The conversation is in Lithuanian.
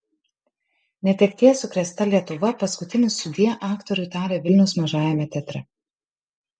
netekties sukrėsta lietuva paskutinį sudie aktoriui tarė vilniaus mažajame teatre